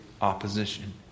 opposition